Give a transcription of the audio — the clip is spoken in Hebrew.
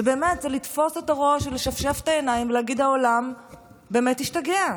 זה באמת לתפוס את הראש ולשפשף את העיניים ולהגיד: העולם באמת השתגע.